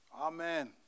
Amen